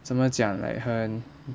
怎么讲 like 很